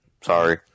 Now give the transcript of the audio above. Sorry